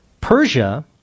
Persia